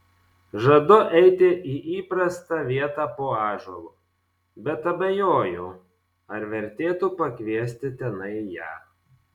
žadu eiti į įprastą vietą po ąžuolu bet abejoju ar vertėtų pakviesti tenai ją